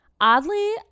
oddly